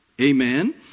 Amen